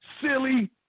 silly